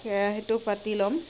কেৰাহীটো পাতি ল'ম